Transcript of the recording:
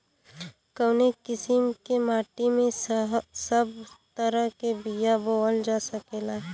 कवने किसीम के माटी में सब तरह के बिया बोवल जा सकेला?